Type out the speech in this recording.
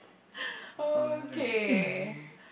okay